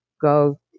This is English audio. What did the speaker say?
go